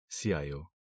CIO